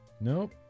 Nope